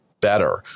better